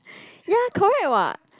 ya correct what